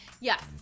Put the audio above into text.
Yes